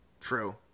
True